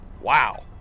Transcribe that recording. Wow